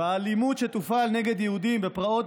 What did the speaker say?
של האלימות שתופעל נגד יהודים בפרעות